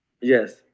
yes